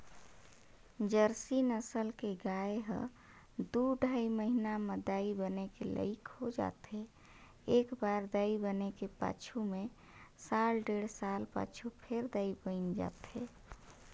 Jersey नसल के गाय ह दू ढ़ाई महिना म दाई बने के लइक हो जाथे, एकबार दाई बने के पाछू में साल डेढ़ साल पाछू फेर दाई बइन जाथे